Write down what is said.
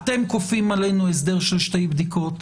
אתם כופים עלינו הסדר של שתי בדיקות,